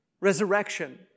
Resurrection